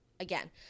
Again